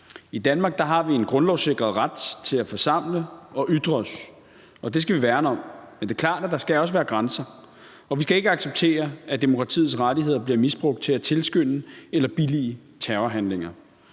I Danmark har vi en grundlovssikret ret til at forsamle og ytre os, og det skal vi værne om, men det er klart, at der også skal være grænser, og vi skal ikke acceptere, at demokratiets rettigheder bliver misbrugt til at tilskynde til eller billige terrorhandlinger.